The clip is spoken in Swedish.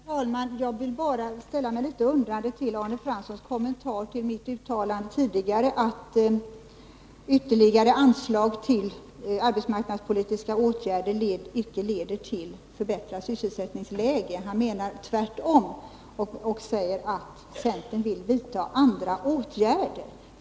Herr talman! Jag vill bara ställa mig litet undrande till Arne Franssons kommentar till mitt yttrande tidigare. Jag sade att ytterligare anslag till arbetsmarknadspolitiska åtgärder inte leder till förbättrat sysselsättningsläge. Han menar tvärtom och säger att centern vill vidta andra åtgärder.